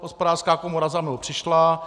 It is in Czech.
Hospodářská komora za mnou přišla.